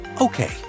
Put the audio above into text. Okay